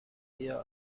eher